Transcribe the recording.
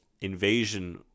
invasion